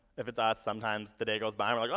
if it's us, sometimes the day goes by and we're like, ah,